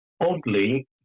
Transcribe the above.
oddly